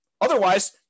Otherwise